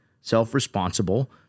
self-responsible